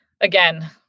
again